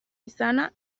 izana